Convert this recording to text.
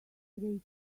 great